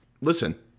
Listen